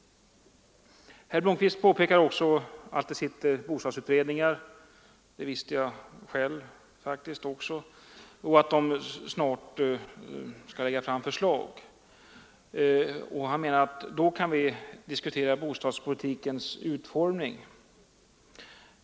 Herr Blomkvist påpekar också att det sitter bostadsutredningar — det visste jag faktiskt — som snart skall lägga fram förslag, och herr Blomkvist menar att då kan vi diskutera bostadspolitikens utformning.